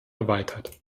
erweitert